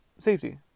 safety